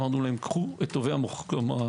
אמרנו: קחו את טובי החוקרים,